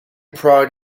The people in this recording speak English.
proud